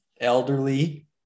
elderly